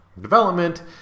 development